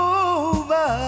over